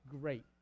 great